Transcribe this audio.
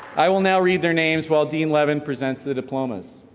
i will now read their names while dean levin presents the diplomas.